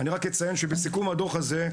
אני רק אציין שבסיכום הדוח הזה,